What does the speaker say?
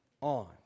on